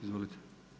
Izvolite.